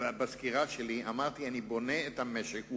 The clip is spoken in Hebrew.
בסקירה שלי אמרתי: אני בונה את המשק,